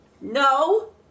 No